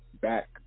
back